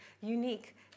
unique